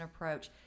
approach